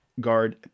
Guard